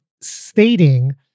stating